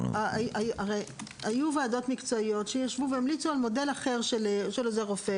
היו ועדות מקצועיות שישבו והמליצו על מודל אחר של עוזר רופא,